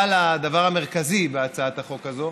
אבל הדבר המרכזי בהצעת החוק הזאת,